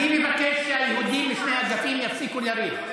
מבקש שיהודים משני האגפים יפסיקו לריב.